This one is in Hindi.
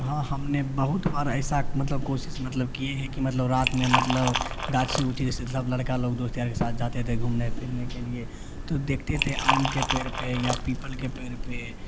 हाँ हमने बहुत बार ऐसा मतलब कोशिश मतलब की है कि मतलब रात में मतलब गांछी उछि जैसे सब लड़का लोग दोस्त यार के साथ जाते थे घूमने फिरने के लिए तो देखते थे आम के पेड़ पर या पीपल के पेड़ पर